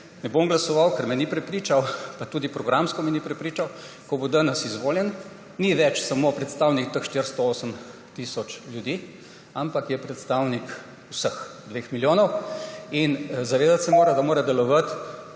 ne bom glasoval, ker me ni prepričal, tudi programsko me ni prepričal, danes izvoljen, ne bo več samo predstavnik teh 408 tisoč ljudi, ampak predstavnik vseh 2 milijonov. Zavedati se mora, da mora delovati